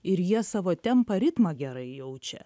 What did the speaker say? ir jie savo tempą ritmą gerai jaučia